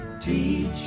Teach